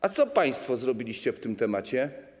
A co państwo zrobiliście z tym tematem?